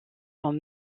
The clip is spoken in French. sont